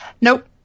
Nope